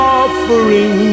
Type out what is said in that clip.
offering